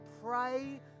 pray